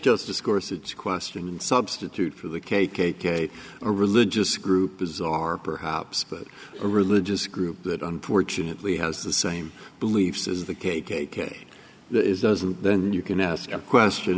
justice course it's a question substitute for the k k k a religious group bizarre perhaps that a religious group that unfortunately has the same beliefs as the k k k that is doesn't then you can ask a question